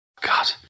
God